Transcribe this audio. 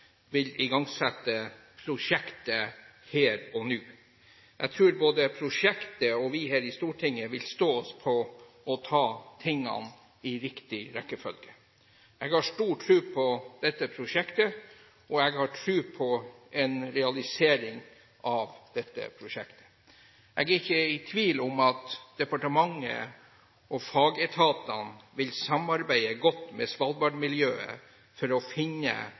vil igangsette prosjektet her og nå. Jeg tror både prosjektet og vi her i Stortinget vil stå oss på å ta tingene i riktig rekkefølge. Jeg har stor tro på dette prosjektet, og jeg har tro på en realisering av dette prosjektet. Jeg er ikke i tvil om at departementet og fagetatene vil samarbeide godt med Svalbard-miljøet for å finne